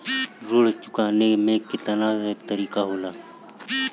ऋण चुकाने के केतना तरीका होला?